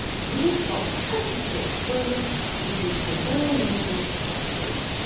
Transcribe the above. we've got twenty six ways for you to learn english for free